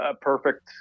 perfect